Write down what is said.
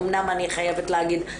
אמנם אני חייבת להגיד,